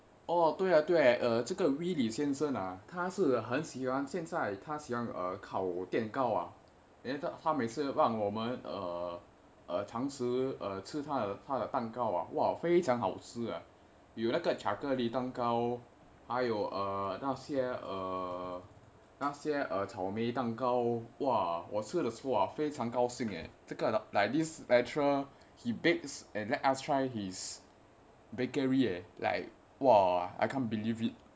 哦对呀对哦这个 willy 李先生那他是很喜欢现在他烤蛋糕 then 他他每次让我们尝试吃他的蛋糕哇哇非常好吃有那个巧克力蛋糕还有那些哦草莓蛋糕哇我吃的出非常高兴:ta ta mei cizi rang wo men chang shi chi ta de dan gao wa wa fei chang hao chi you na ge qiao ke li dan gao hai you nei xie o caozao mei dan gao wa wo chi de chu fei chang gao xing like this lecturer he bakes and let us try his bakery eh like !wah! I can't believe it